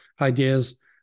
ideas